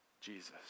Jesus